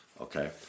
okay